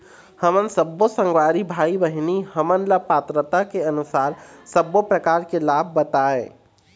हमन सब्बो संगवारी भाई बहिनी हमन ला पात्रता के अनुसार सब्बो प्रकार के लाभ बताए?